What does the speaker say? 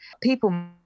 people